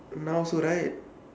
now also right